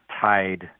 tied